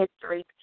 history